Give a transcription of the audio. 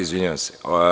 Izvinjavam se.